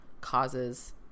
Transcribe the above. causes